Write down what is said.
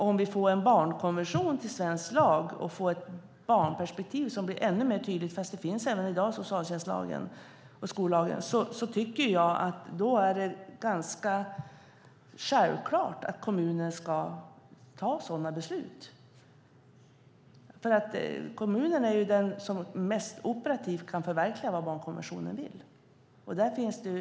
Om vi får en barnkonvention till svensk lag och får ett barnperspektiv som blir ännu mer tydligt - det finns även i dag i socialtjänstlagen och skollagen - menar jag att det är ganska självklart att kommunen ska ta sådana beslut. Kommunen är ju den som mest operativt kan förverkliga det barnkonventionen vill.